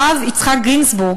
הרב יצחק גינזבורג,